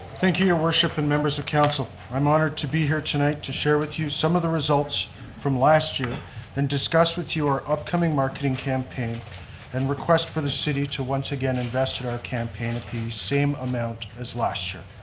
thank you, your worship and members of council. i'm honored to be here tonight to share with you some of the results from last year and discuss with you our upcoming marketing campaign and request for the city to once again invest in our campaign peace. same amount as last year,